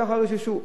ככה רוששו.